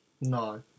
No